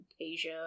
Asia